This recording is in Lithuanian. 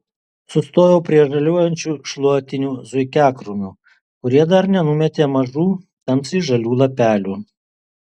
sustoju prie žaliuojančių šluotinių zuikiakrūmių kurie dar nenumetė mažų tamsiai žalių lapelių